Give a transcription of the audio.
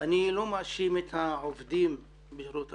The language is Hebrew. ואני לא מאשים את העובדים בשירות הרווחה,